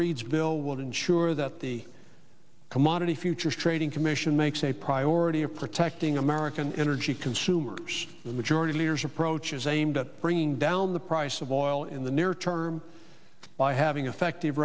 reid's bill would ensure that the commodity futures trading commission makes a priority of protecting american energy consumers the majority leader's approach is aimed at bringing down the price of oil in the near term by having effective